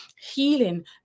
healing